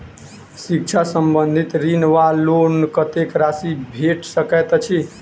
शिक्षा संबंधित ऋण वा लोन कत्तेक राशि भेट सकैत अछि?